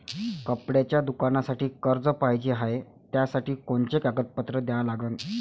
कपड्याच्या दुकानासाठी कर्ज पाहिजे हाय, त्यासाठी कोनचे कागदपत्र द्या लागन?